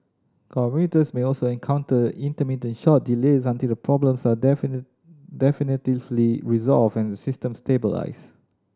commuters may also encounter intermittent short delays until the problems are definitively resolved and the system stabilised